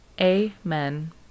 Amen